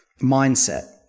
mindset